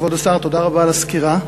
כבוד השר, תודה רבה על הסקירה.